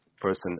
person